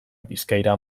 bizkaira